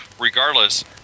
regardless